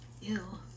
Ew